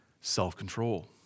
Self-control